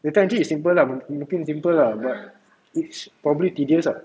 data entry is simple lah mungkin simple lah but it's probably tedious lah